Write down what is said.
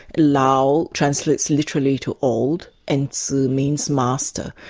lao translates literally to old and zi means master.